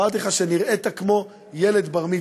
שנראית כמו ילד בר-מצווה,